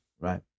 right